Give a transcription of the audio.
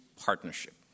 partnership